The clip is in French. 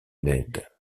ned